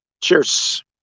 Cheers